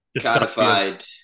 codified